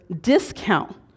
discount